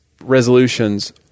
resolutions